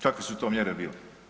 Kakve su to mjere bile?